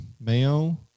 mayo